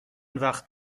وقت